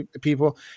people